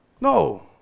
No